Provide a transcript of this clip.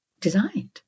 designed